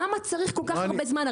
למה צריך כל כך הרבה זמן?